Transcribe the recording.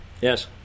Yes